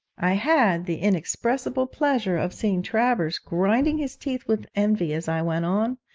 i had the inexpressible pleasure of seeing travers grinding his teeth with envy as i went on,